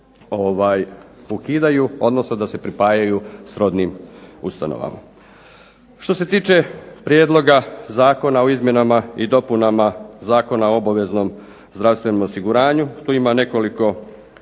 da se ukidaju, odnosno da se pripajaju srodnim ustanovama. Što se tiče Prijedloga zakona o izmjenama i dopunama Zakona o obaveznom zdravstvenom osiguranju tu ima nekoliko manjih